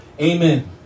Amen